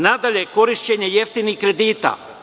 Nadalje, korišćenje jeftinih kredita.